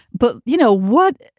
but you know what?